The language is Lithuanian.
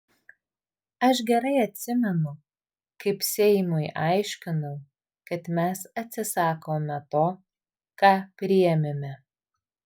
aš gerai atsimenu kaip seimui aiškinau kad mes atsisakome to ką priėmėme